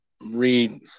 read